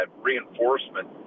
reinforcement